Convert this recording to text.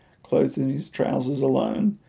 clothed in his trousers alone,